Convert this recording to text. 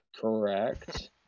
Correct